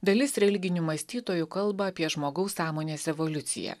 dalis religinių mąstytojų kalba apie žmogaus sąmonės evoliuciją